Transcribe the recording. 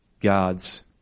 God's